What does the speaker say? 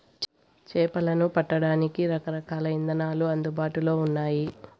చేపలను పట్టడానికి రకరకాల ఇదానాలు అందుబాటులో ఉన్నయి